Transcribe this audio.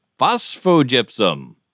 Phosphogypsum